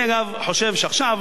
אני, אגב, חושב שעכשיו